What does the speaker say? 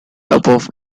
above